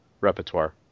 repertoire